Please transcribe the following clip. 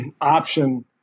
option